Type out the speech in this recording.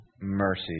mercy